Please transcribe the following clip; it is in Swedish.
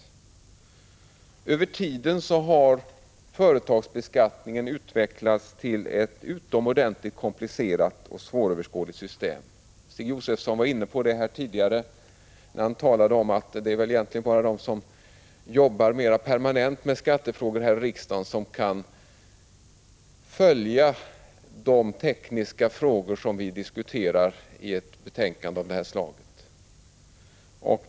Efter hand har företagsbeskattningen utvecklats till ett utomordentligt komplicerat och svåröverskådligt system. Stig Josefson var inne på det tidigare när han talade om att det väl egentligen bara är de som arbetar mera permanent med skattefrågor i riksdagen som kan följa de tekniska frågor som diskuteras i ett sådant utskottsbetänkande som vi behandlar i kväll.